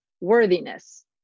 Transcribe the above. worthiness